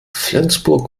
flensburg